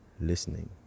listening